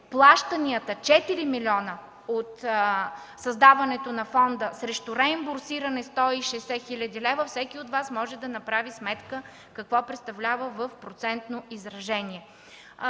плащанията – 4 милиона от създаването на фонда срещу реимбурсиране 160 хил. лв., всеки от Вас може да направи сметка какво представлява в процентно изражение.